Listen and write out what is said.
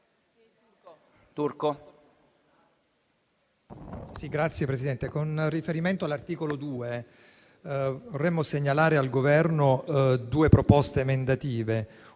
*(M5S)*. Signor Presidente, con riferimento all'articolo 2, vorremmo segnalare al Governo due proposte emendative.